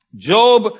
Job